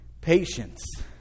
Patience